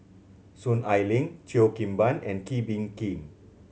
Soon Ai Ling Cheo Kim Ban and Kee Bee Khim